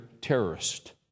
terrorist